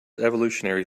evolutionary